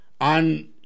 on